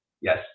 Yes